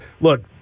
look